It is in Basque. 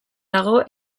dago